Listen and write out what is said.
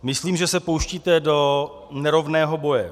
Myslím, že se pouštíte do nerovného boje.